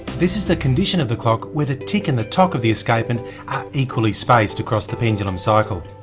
this is the condition of the clock where the tick and the tock of the escapement are equally spaced across the pendulum cycle.